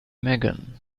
megan